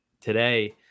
today